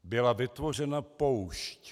Byla vytvořena poušť.